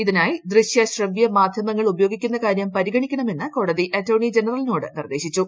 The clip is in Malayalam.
ഇതിനായി ദൃശ്യ ശ്രവ്യ മാധ്യമങ്ങൾ ഉപയോഗിക്കുന്ന് കാര്യം പരിഗണിക്കണമെന്ന് കോടതി അറ്റോർണി ജനറലിനോട് നിർദ്ദേശിച്ചു